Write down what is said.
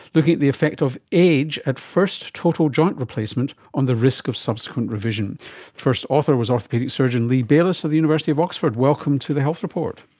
looking at the effect of age at first total joint replacement on the risk of subsequent revision. the first author was orthopaedic surgeon lee bayliss of the university of oxford. welcome to the health report.